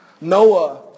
Noah